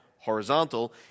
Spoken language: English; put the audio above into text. Horizontal